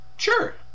Sure